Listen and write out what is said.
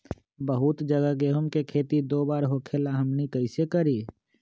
बहुत जगह गेंहू के खेती दो बार होखेला हमनी कैसे करी?